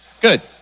Good